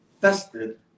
tested